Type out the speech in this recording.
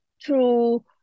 true